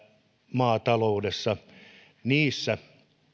maataloudessa niissä